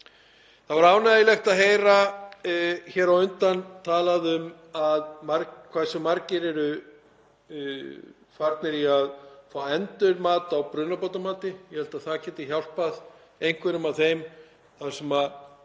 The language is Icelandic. Það var ánægjulegt að heyra hér á undan talað um hversu margir eru farnir í að fá endurmat á brunabótamati. Ég held að það geti hjálpað einhverjum þar sem